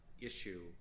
issue